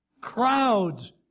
Crowds